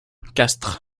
castres